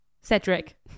Cedric